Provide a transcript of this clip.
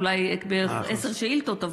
אולי בערך עשר שאילתות,